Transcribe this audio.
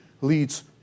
leads